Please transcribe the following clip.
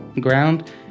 ground